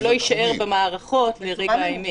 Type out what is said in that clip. זה לא יישאר במערכות לרגע האמת?